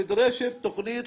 נדרשת תוכנית